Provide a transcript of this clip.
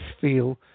feel